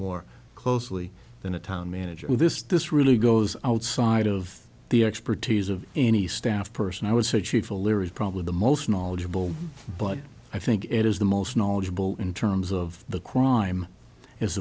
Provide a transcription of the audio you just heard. more closely than a town manager with this this really goes outside of the expertise of any staff person i would say chief a lier is probably the most knowledgeable but i think it is the most knowledgeable in terms of the crime as